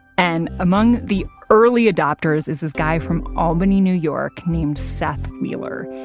and among the early adopters is this guy from albany, new york named seth wheeler.